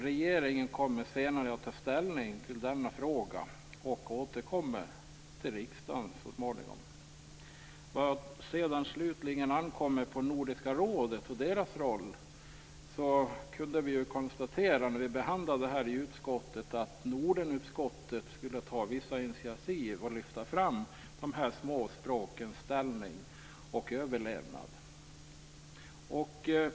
Regeringen kommer senare att ta ställning till denna fråga och återkommer till riksdagen så småningom. När det slutligen gäller vad som ankommer på Nordiska rådet kunde vi vid utskottsbehandlingen konstatera att nordenutskottet skall ta vissa initiativ till att lyfta fram de små språkens ställning och överlevnad.